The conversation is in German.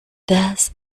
das